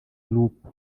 group